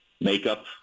makeup